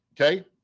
okay